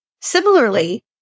Similarly